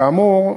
3. כאמור,